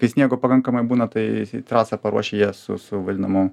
kai sniego pakankamai būna tai trasą paruošia jie su su vadinamu